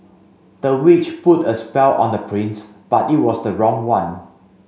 the witch put a spell on the prince but it was the wrong one